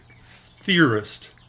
theorist